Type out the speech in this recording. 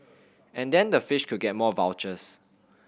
and then the fish could get more vouchers